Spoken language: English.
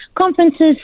conferences